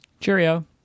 Cheerio